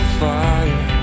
fire